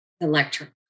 electric